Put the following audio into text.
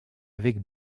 avec